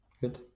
good